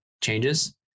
changes